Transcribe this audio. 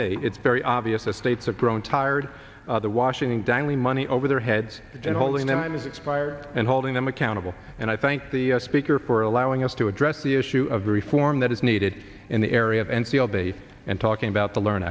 me it's very obvious the states have grown tired the washington dangly money over their heads and holding them expire and holding them accountable and i thank the speaker for allowing us to address the issue of reform that needed in the area of enfield day and talking about the learn